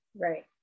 Right